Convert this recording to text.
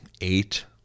eight